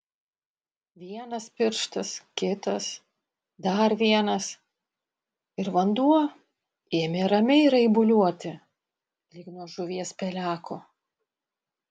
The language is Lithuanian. vienas pirštas kitas dar vienas ir vanduo ėmė ramiai raibuliuoti lyg nuo žuvies peleko